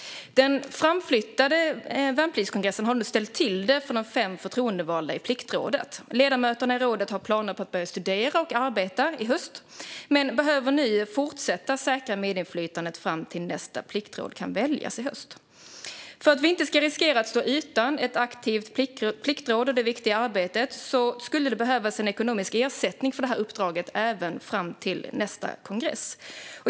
Den framflyttade värnpliktskongressen har nu ställt till det för de fem förtroendevalda i Pliktrådet. Ledamöterna i rådet har planer på att börja studera och arbeta i höst men behöver nu fortsätta säkra medinflytandet fram till det att nästa pliktråd kan väljas i höst. För att vi inte ska riskera att stå utan ett aktivt pliktråd i det viktiga arbetet skulle det behövas en ekonomisk ersättning för detta uppdrag även fram till nästa kongress.